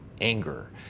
anger